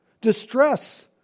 distress